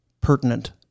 pertinent